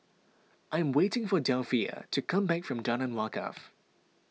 I am waiting for Delphia to come back from Jalan Wakaff